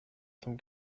zum